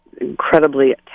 incredibly